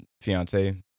fiance